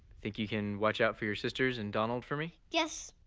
think you can watch out for your sisters and donald for me? yes,